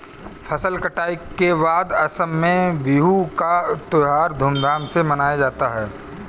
फसल कटाई के बाद असम में बिहू का त्योहार धूमधाम से मनाया जाता है